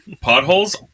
potholes